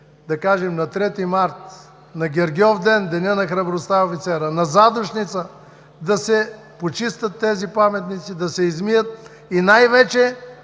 да кажем на 3-ти март, на Гергьовден – Денят на храбростта, на Задушница, да се почистят тези паметници, да се измият, и най-вече,